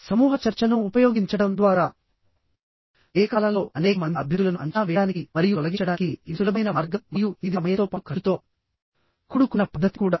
సమూహ చర్చను ఉపయోగించడం ద్వారా ఏకకాలంలో అనేక మంది అభ్యర్థులను అంచనా వేయడానికి మరియు తొలగించడానికి ఇది సులభమైన మార్గం మరియు ఇది సమయంతో పాటు ఖర్చుతో కూడుకున్న పద్ధతి కూడా